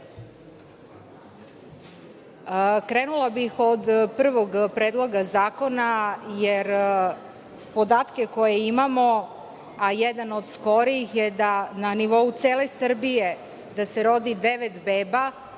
uređena. Krenula bih od prvog predloga zakona jer podatke koje imamo, a jedan od skorijih je da na nivou cele Srbije se rodi devet